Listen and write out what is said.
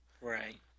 Right